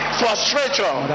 frustration